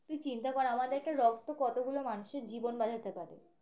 তুই চিন্তা কর আমাদের দেওয়া রক্ত কতগুলো মানুষের জীবন বাজাতে পারে